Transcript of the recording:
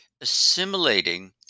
assimilating